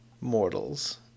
mortals